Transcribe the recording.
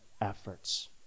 efforts